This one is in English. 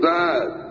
died